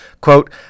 Quote